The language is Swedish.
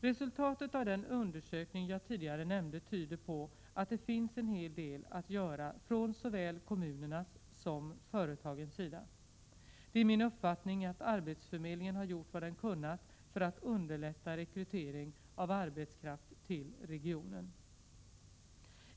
Resultaten av den undersökning jag tidigare nämnde tyder på att det finns en hel del att göra från såväl kommunernas som företagens sida. Det är min uppfattning att arbetsförmedlingen har gjort vad den kunnat för att underlätta rekrytering av arbetskraft till regionen.